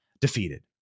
defeated